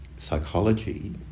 psychology